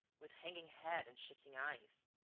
with hanging head and shifting eyes.